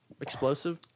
Explosive